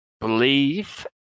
believe